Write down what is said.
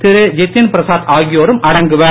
திரு ஜித்தின் பிரசாத் ஆகியோரும் அடங்குவர்